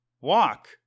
walk